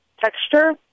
texture